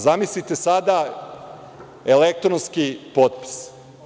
Zamislite sada elektronski potpis.